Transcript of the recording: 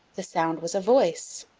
the sound was a voice.